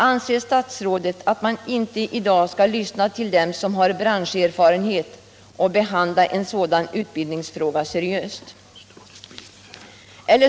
Anser statsrådet att man inte i dag skall lyssna till dem som har branscherfarenhet och behandla en sådan här utbildningsfråga seriöst?